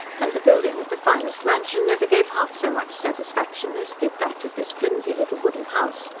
and the building of the finest mansion never gave half so much satisfaction as did that of this flimsy little wooden house,